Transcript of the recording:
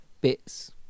bits